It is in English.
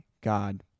God